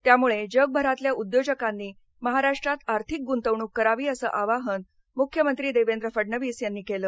त्यामुळे जगभरातल्या उद्योजकांनी महाराष्ट्रात आर्थिक गुंतवणूक करावी असं आवाहन मुख्यमंत्री देवेंद्र फडणवीस यांनी केलं